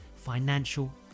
financial